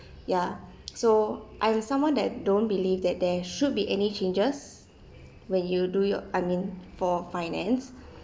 ya so I am someone that don't believe that there should be any changes when you do your I mean for finance